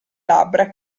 labbra